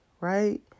right